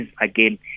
again